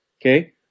okay